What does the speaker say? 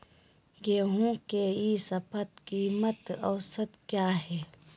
गेंहू के ई शपथ कीमत औसत क्या है?